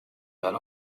but